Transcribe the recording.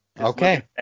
Okay